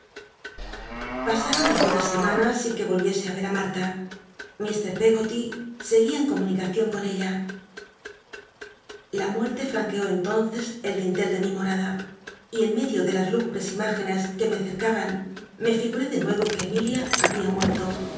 algunas semanas sin que volriese í ver marta mr peggoty seguía en comunicacion con ella la muerte franqueó entonces el dintel ele mi morada y en medio de las lúgubres im igcnes que me cercaban me figuré de nuc o que emilia había muerto